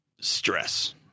stress